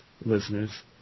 listeners